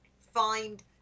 find